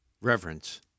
Reverence